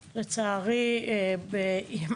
תודה, אבי.